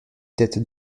tête